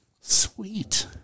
sweet